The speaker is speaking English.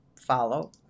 Follow